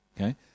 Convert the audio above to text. okay